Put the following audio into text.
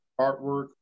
artwork